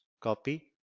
copy